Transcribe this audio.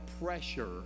pressure